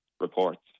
reports